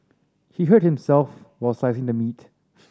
he hurt himself while slicing the meat